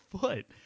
foot